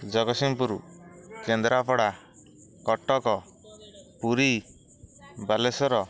Jagatsinghpur Kendrapara Cuttack Puri Balasore